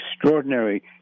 extraordinary